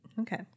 Okay